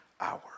hour